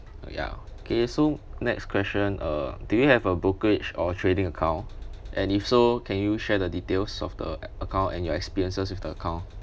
ya okay so next question uh do you have a brokerage or trading account and if so can you share the details of the account and your experiences with the account